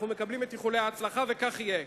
אנחנו מקבלים את איחולי ההצלחה, וכך יהיה.